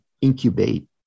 incubate